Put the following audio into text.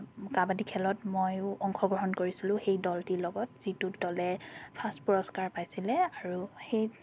কাবাডী খেলত ময়ো অংশগ্ৰহণ কৰিছিলোঁ সেই দলটিৰ লগত যিটো দলে ফাষ্ট পুৰস্কাৰ পাইছিলে আৰু সেই